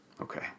Okay